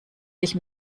sich